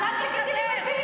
אני צריכה את הקרדיט?